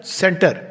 center